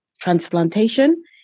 transplantation